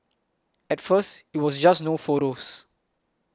at first it was just no photos